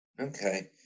Okay